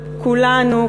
כולנו,